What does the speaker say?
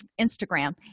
Instagram